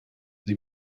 sie